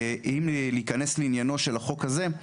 אם ניכנס לעניינו של החוק הזה,